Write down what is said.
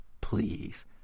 please